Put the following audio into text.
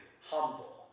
humble